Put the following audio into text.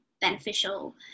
beneficial